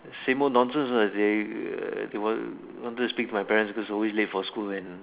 say more nonsense lah they want wanted to speak to my parents because I always late for school and